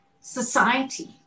society